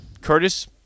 Curtis